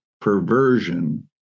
perversion